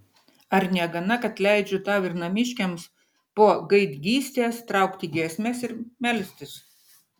ar negana kad leidžiu tau ir namiškiams po gaidgystės traukti giesmes ir melstis